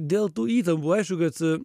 dėl tų įtampų aišku kad